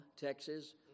Texas